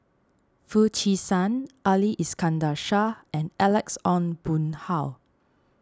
Foo Chee San Ali Iskandar Shah and Alex Ong Boon Hau